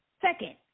Second